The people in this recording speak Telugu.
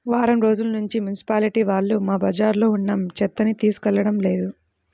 వారం రోజుల్నుంచి మున్సిపాలిటీ వాళ్ళు మా బజార్లో ఉన్న చెత్తని తీసుకెళ్లడం లేదు